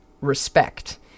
respect